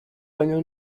años